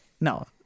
No